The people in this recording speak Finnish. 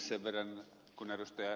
sen verran että kun ed